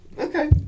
Okay